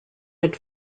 had